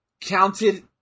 counted